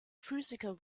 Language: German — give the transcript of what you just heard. physiker